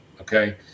Okay